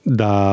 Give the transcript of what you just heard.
da